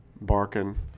barking